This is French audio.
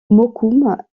mokoum